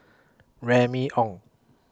Remy Ong